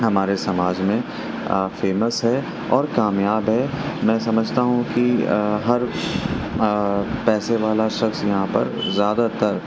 ہمارے سماج میں فیمس اور کامیاب ہے میں سمجھتا ہوں کہ ہر پیسے والا شخص یہاں پر زیادہ تر